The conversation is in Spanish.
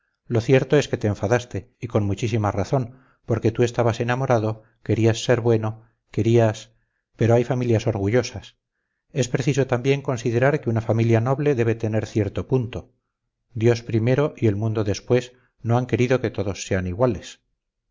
lo cierto es que te enfadaste y con muchísima razón porque tú estabas enamorado querías ser bueno querías pero hay familias orgullosas es preciso también considerar que una familia noble debe tener cierto punto dios primero y el mundo después no han querido que todos sean iguales